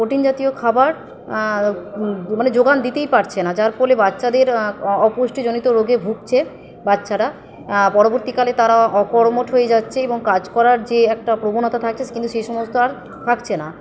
protein জাতীয় খাবার মানে যোগান দিতেই পারছে না যার ফলে বাচ্চাদের অপুষ্টিজনিত রোগে ভুগছে বাচ্চারা পরবর্তীকালে তারা অকর্মঠ হয়ে যাচ্ছে এবং কাজ করার যে একটা প্রবণতা থাকছে কিন্তু সে সমস্ত আর থাকছে না